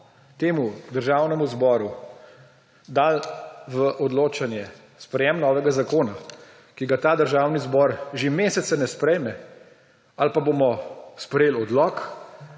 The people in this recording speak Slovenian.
bomo Državnemu zboru dali v odločanje sprejetje novega zakona, ki ga Državni zbor že mesece ne sprejme, ali pa bomo sprejeli odlok,